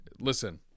listen